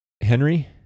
Henry